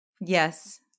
Yes